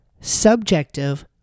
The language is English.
subjective